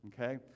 okay